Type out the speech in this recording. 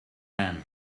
man